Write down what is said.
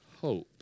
hope